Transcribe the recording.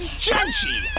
janshi!